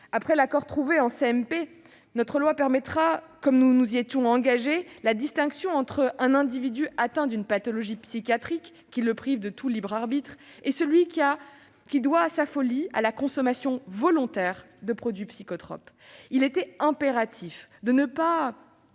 mixte paritaire, la loi permettra, comme nous nous y étions engagés, la distinction entre un individu atteint d'une pathologie psychiatrique qui le prive de tout libre arbitre et celui qui doit sa folie à la consommation volontaire de produits psychotropes. Il était impératif de ne pas